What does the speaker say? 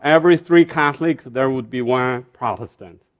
every three catholics there would be one protestant.